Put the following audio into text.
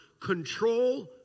control